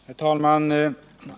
Herr talman!